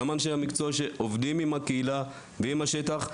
גם אנשי מקצוע שעובדים עם הקהילה ועם השטח.